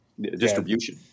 Distribution